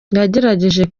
yagerageje